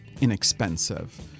inexpensive